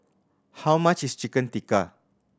how much is Chicken Tikka